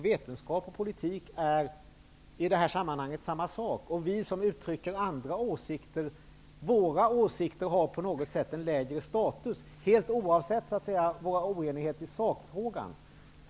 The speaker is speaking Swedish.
Vetenskap och politik är alltså samma sak i detta sammanhang, och andras åsikter har en lägre status, oavsett oenigheten i sakfrågan.